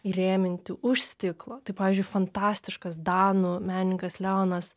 įrėminti už stiklo tai pavyzdžiui fantastiškas danų menininkas leonas